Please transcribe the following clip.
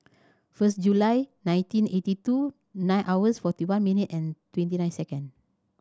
first July nineteen eighty two nine hours forty one minute and twenty nine second